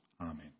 Amen